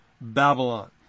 Babylon